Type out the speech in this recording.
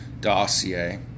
dossier